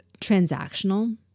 transactional